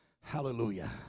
Hallelujah